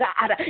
God